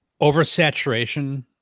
oversaturation